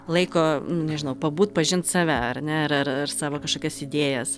laiko nežinau pabūt pažint save ar ne ar ar savo kažkokias idėjas